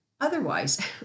Otherwise